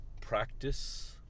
practice